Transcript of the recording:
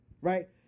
right